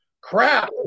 crap